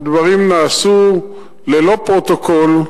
והדברים נעשו ללא פרוטוקול,